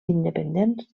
independents